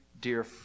dear